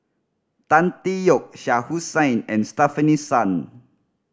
Tan Tee Yoke Shah Hussain and Stefanie Sun